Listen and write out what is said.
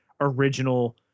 original